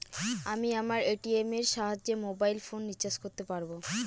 আমি আমার এ.টি.এম এর সাহায্যে মোবাইল ফোন রিচার্জ করতে পারব?